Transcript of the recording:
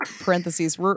parentheses